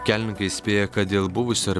kelininkai įspėja kad dėl buvusio ar